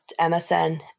MSN